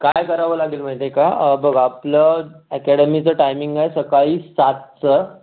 काय करावं लागेल माहिती आहे का बघा आपलं ॲकॅडमीचं टायमिंग आहे सकाळी सातचं